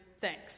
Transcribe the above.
thanks